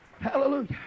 Hallelujah